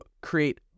create